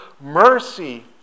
mercy